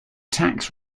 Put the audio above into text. tax